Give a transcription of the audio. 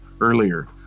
earlier